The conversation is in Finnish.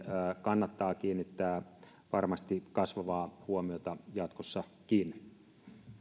kannattaa kiinnittää varmasti kasvavaa huomiota jatkossakin